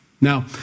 Now